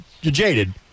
jaded